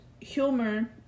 humor